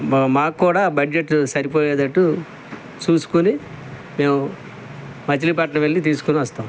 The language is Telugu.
మా కూడా బడ్జెట్టు సరిపోయేదట్టు చూసుకుని మేము మచీలిపట్నం వెళ్ళి తీసుకొని వస్తాం